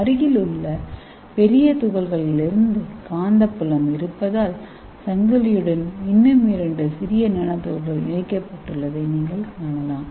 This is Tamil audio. அருகிலுள்ள பெரிய துகளிலிருந்து காந்தப்புலம் இருப்பதால் சங்கிலியுடன் இன்னும் இரண்டு சிறிய நானோ துகள்கள் இணைக்கப்பட்டுள்ளதை நீங்கள் காணலாம்